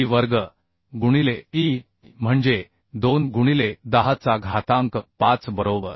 Pi वर्ग गुणिले E म्हणजे 2 गुणिले 10 चा घातांक 5 बरोबर